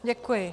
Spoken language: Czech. Děkuji.